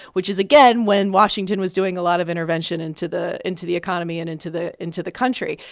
which is, again, when washington was doing a lot of intervention into the into the economy and into the into the country.